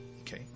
Okay